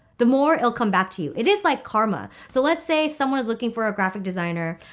the more it'll come back to you. it is like karma. so let's say someone is looking for a graphic designer.